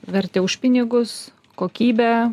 vertę už pinigus kokybę